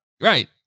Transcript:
Right